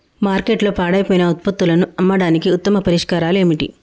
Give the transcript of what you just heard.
మార్కెట్లో పాడైపోయిన ఉత్పత్తులను అమ్మడానికి ఉత్తమ పరిష్కారాలు ఏమిటి?